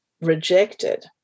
rejected